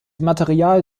material